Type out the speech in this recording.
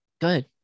good